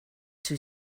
too